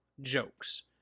jokes